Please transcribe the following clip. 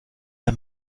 der